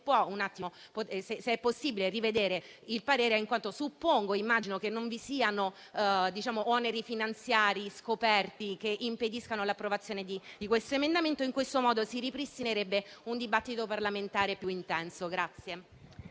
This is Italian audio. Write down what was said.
se è possibile rivedere il parere, in quanto suppongo che non vi siano oneri finanziari scoperti che impediscano l'approvazione di questo emendamento. In tal modo si ripristinerebbe un dibattito parlamentare più intenso.